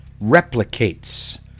replicates